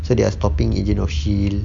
so they are stopping agent of shield